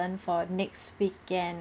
~n for next weekend